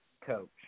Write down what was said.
coach